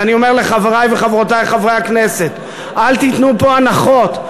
ואני אומר לחברי וחברותי חברי הכנסת: אל תיתנו פה הנחות.